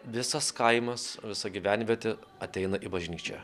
visas kaimas visa gyvenvietė ateina į bažnyčią